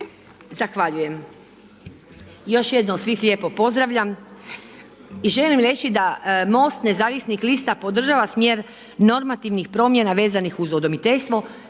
Zahvaljujem, još jednom svih lijepo pozdravljam i želim reći da MOST nezavisnih lista podržava smjer normativnih promjena vezanih uz udomiteljstvo